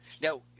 Now